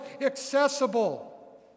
accessible